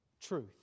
Truth